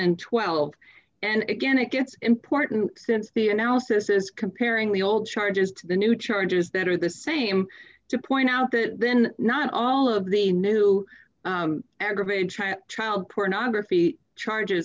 and twelve and again it gets important since the analysis is comparing the old charges to the new charges that are the same to point out that then not all of the new aggravated child child pornography charges